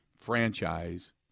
franchise